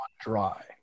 dry